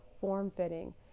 form-fitting